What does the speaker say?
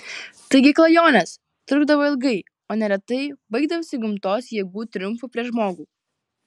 taigi klajonės trukdavo ilgai o neretai baigdavosi gamtos jėgų triumfu prieš žmogų